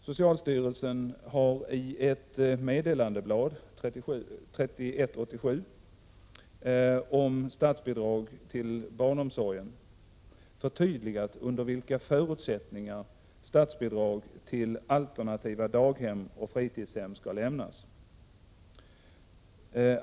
Socialstyrelsen har i ett meddelandeblad om statsbidrag till barnomsorgen förtydligat under vilka förutsättningar statsbidrag till alternativa daghem och fritidshem skall lämnas.